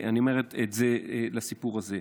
אני אומר את זה לסיפור הזה.